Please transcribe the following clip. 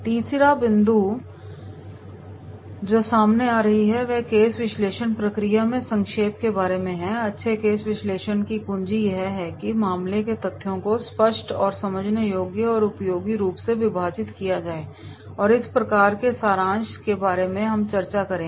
तीसरा बिंदु जो सामने आ रही है वह केस विश्लेषण प्रक्रिया में संक्षेप के बारे में है अच्छे केस विश्लेषण की कुंजी यह है कि मामले के तथ्यों को स्पष्ट और समझने योग्य और उपयोगी रूप में विभाजित किया जाए और इस प्रकार के सारांश के बारे में हम चर्चा करेंगे